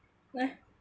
like